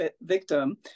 victim